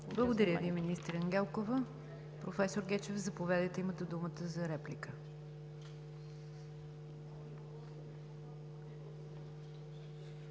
Благодаря Ви, министър Ангелкова. Професор Гечев, заповядайте – имате думата за реплика.